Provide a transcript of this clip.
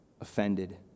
offended